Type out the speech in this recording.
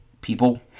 people